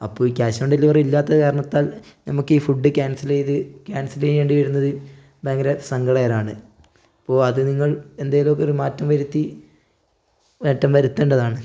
അപ്പോൾ cash on delivery ഇല്ലാത്തത് കാരണത്താൽ നമുക്ക് ഈ ഫുഡ് ക്യാൻസൽ ചെയ്തു ക്യാൻസൽ ചെയ്യേണ്ടി വരുന്നത് ഭയങ്കര സങ്കടകരമാണ് അപ്പോൾ അത് നിങ്ങൾ എന്തേലും ഒക്കെ ഒരു മാറ്റം വരുത്തി മാറ്റം വരുത്തേണ്ടതാണ്